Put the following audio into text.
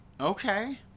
Okay